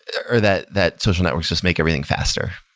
or that that social networks just make everything faster.